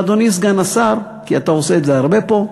ואדוני סגן השר, כי אתה עושה את זה הרבה פה,